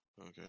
okay